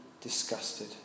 disgusted